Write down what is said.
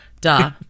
Duh